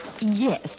Yes